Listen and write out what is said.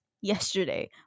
yesterday